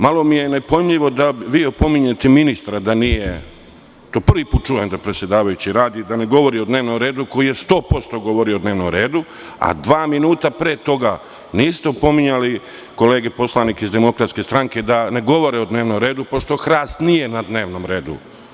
Malo mi je nepojmljivo da vi opominjete ministra da nije, to prvi put čujem da predsedavajući radi da ne govori o dnevnom redu koji je 100% govorio o dnevnom redu, a dva minuta pre toga niste opominjali kolege poslanike iz DS da ne govore o dnevnom redu, pošto hrast nije na dnevnom redu.